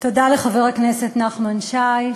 תודה לחבר הכנסת נחמן שי,